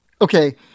Okay